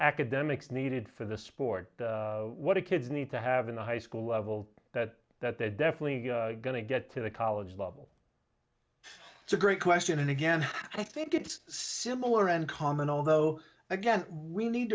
academics needed for the sport what kids need to have in a high school level that that they're definitely going to get to the college level it's a great question and again i think it's similar and common although again we need